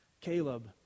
Caleb